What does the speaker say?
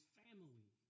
family